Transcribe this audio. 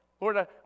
Lord